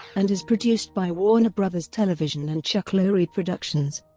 and is produced by warner bros. television and chuck lorre productions.